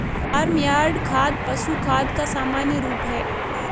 farm yard खाद पशु खाद का सामान्य रूप है